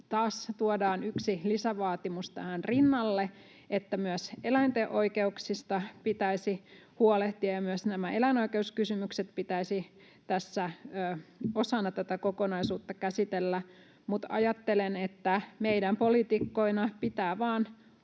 taas tuodaan yksi lisävaatimus tähän rinnalle, että myös eläinten oikeuksista pitäisi huolehtia ja myös nämä eläinoikeuskysymykset pitäisi osana tätä kokonaisuutta käsitellä. Mutta ajattelen, että meidän poliitikkoina pitää vaan